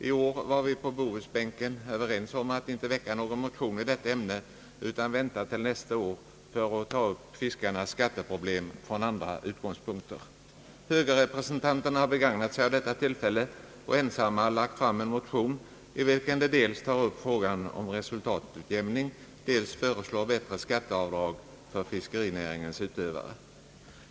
I år var vi på bohusbänken överens om att inte väcka någon motion i detta ämne utan vänta till nästa år för att då ta upp fiskarnas skatteproblem från andra utgångspunkter. Högerrepresentanterna har begagnat sig av detta tillfälle och ensamma lagt fram en motion, i vilken de dels tar upp frågan om = resultatutjämning, dels föreslår bättre skatteavdrag för fiskerinäringens utövare.